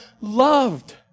loved